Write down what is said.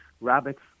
rabbits